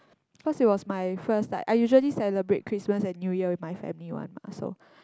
because it was my first like I usually celebrate Christmas and New Year with my family one ah so